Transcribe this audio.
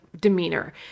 demeanor